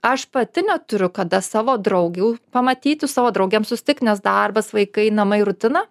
aš pati neturiu kada savo draugių pamatyt su savo draugėm susitikt nes darbas vaikai namai rutina